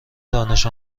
دانش